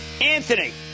Anthony